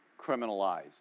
criminalized